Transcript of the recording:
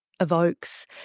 evokes